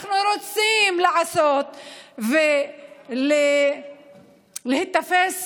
ו"אנחנו רוצים לעשות", וניתפס